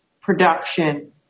production